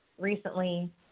recently